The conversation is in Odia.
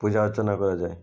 ପୂଜା ଅର୍ଚ୍ଚନା କରାଯାଏ